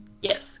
yes